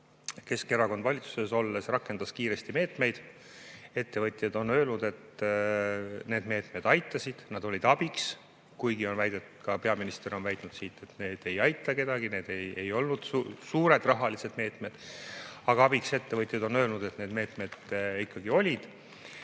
Keskerakond valitsuses olles rakendas kiiresti meetmeid. Ettevõtjad on öelnud, et need meetmed aitasid, olid abiks, kuigi peaminister on väitnud, et need ei aita kedagi, need ei olnud suured rahalised meetmed. Aga ettevõtjad on öelnud, et need meetmed ikkagi abiks